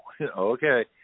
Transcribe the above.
Okay